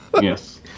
Yes